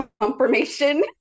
confirmation